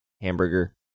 hamburger